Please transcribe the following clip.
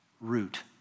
root